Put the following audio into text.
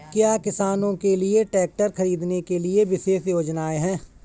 क्या किसानों के लिए ट्रैक्टर खरीदने के लिए विशेष योजनाएं हैं?